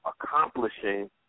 accomplishing